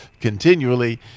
continually